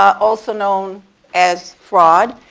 also known as fraud,